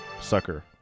sucker